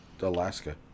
Alaska